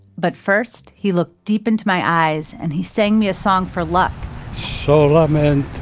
but first he looked deep into my eyes and he sang me a song for luck so luck and